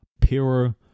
pure